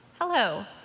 Hello